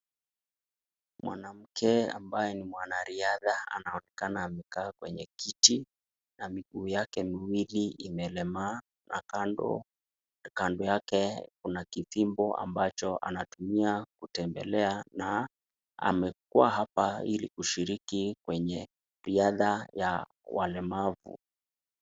Mwanamke ambaye ni mwanariadha , anaonekana amekaa kwenye kiti na miguu yake miwili imelemaa na kando yake kuna kifimbo ambayo anatumia kutembelea na amekua hapa ili kushirikikwenye riadha ya walemavu.